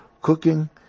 cooking